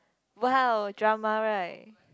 !wow! drama right